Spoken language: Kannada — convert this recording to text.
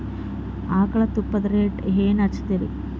ಆಕಳ ತುಪ್ಪದ ರೇಟ್ ಏನ ಹಚ್ಚತೀರಿ?